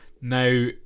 now